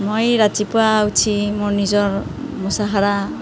মই ৰাতিপুৱা উঠি মোৰ নিজৰ মুচা সৰা